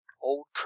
Old